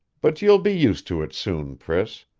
but you'll be used to it soon, priss.